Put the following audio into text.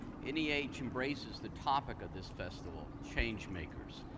any age embraces the topic of this festival, change makers.